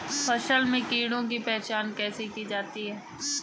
फसल में कीड़ों की पहचान कैसे की जाती है?